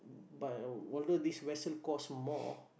but although this vessel cost more